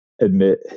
admit